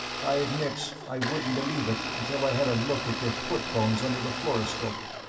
i admit i wouldn't believe it until i had a look at your foot bones under the fluoroscope.